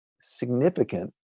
significant